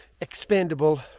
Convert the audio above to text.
expandable